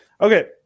okay